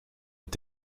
est